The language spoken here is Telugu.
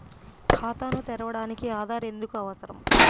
ఖాతాను తెరవడానికి ఆధార్ ఎందుకు అవసరం?